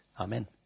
Amen